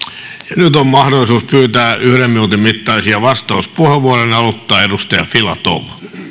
nyt on mahdollisuus pyytää yhden minuutin mittaisia vastauspuheenvuoroja ja ne aloittaa edustaja filatov arvoisa